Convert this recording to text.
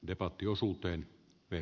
debatti osuuteen ei